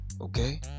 okay